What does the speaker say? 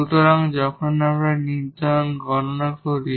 সুতরাং যখন আমরা এই নির্ধারক গণনা করি